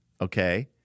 okay